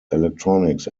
electronics